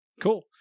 cool